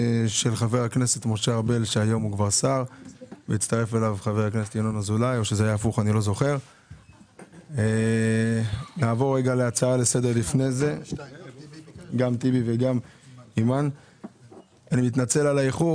התשפ"ב 2022. מתנצל על האיחור